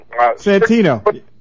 santino